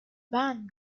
band